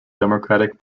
democratic